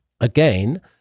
Again